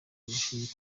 amashuri